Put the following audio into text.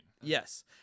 yes